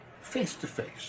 face-to-face